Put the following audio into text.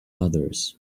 others